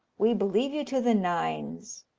we believe you to the nines.